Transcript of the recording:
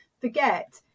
forget